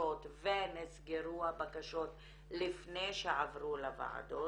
בקשות ונסגרו הבקשות לפני שעברו לוועדות,